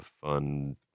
fun